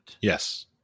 yes